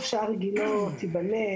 טוב שהר גילה תיבנה,